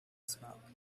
smoke